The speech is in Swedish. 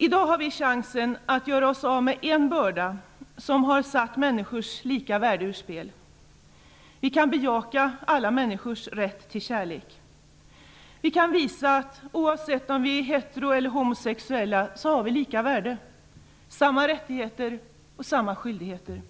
I dag har vi chansen att göra oss av med en börda som har satt människors lika värde ur spel. Vi kan bejaka alla människors rätt till kärlek. Vi kan visa att vi, oavsett om vi är hetero eller homosexuella, har lika värde, samma rättigheter och skyldigheter